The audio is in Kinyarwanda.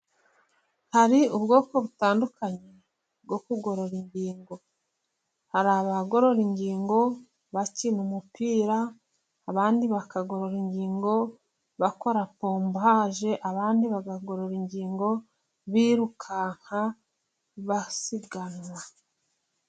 Hari ubwoko butandukanye bwo kugorora ingingo:hari abagorora ingingo bakina umupira ,abandi bakagorora ingingo bakora pompaje ,abandi bakagorora ingingo birukanka basiganwa.